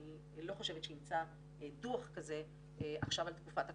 אני לא חושבת שימצא דוח כזה עכשיו על תקופת הקורונה,